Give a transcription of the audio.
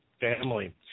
family